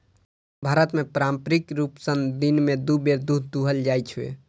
भारत मे पारंपरिक रूप सं दिन मे दू बेर दूध दुहल जाइ छै